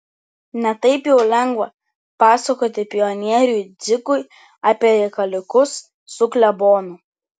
ne taip jau lengva pasakoti pionieriui dzikui apie reikaliukus su klebonu